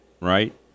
Right